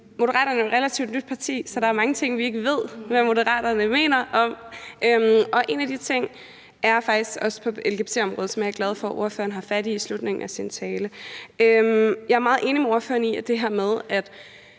Moderaterne er jo et relativt nyt parti, så der er mange ting, vi ikke ved hvad Moderaterne mener om, og en af de ting er faktisk også på lgbt-området, som jeg er glad for ordføreren har fat i i slutningen af sin tale. Jeg er meget enig med ordføreren i det her med, at